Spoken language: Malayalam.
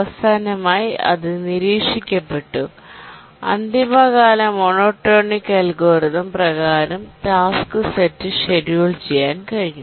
അവസാനമായി ഇത് നിരീക്ഷിക്കപ്പെട്ടു ഡെഡ് ലൈൻ മോണോടോണിക് അൽഗോരിതം പ്രകാരം ടാസ്ക് സെറ്റ് ഷെഡ്യൂൾ ചെയ്യാൻ കഴിഞ്ഞു